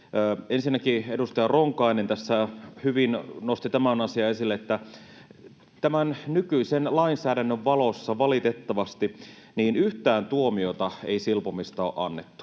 Ensinnäkin edustaja Ronkainen tässä hyvin nosti esille sen asian, että tämän nykyisen lainsäädännön valossa, valitettavasti, yhtään tuomiota ei silpomisesta ole annettu,